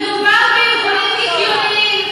מדובר בארגונים קיקיוניים,